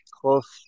close